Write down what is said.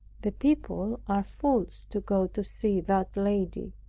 the people are fools to go to see that lady.